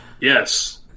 Yes